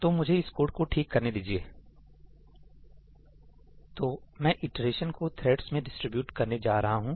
तो मैं इटरेशन को थ्रेड्स में डिस्ट्रीब्यूट करने जा रहा हूं